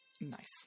Nice